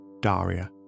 Daria